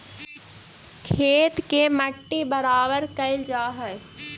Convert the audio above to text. खेत के मट्टी बराबर कयल जा हई